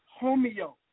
homeo